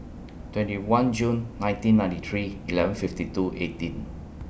twenty one June nineteen ninety three eleven fifty two eighteen